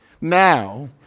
now